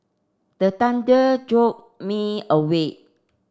the thunder jolt me awake